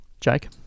Jake